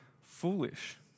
foolish